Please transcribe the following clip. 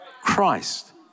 Christ